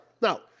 Now